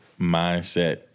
mindset